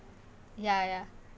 ya ya